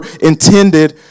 intended